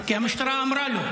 כי המשטרה אמרה לו.